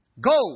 go